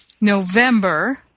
November